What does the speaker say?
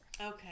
okay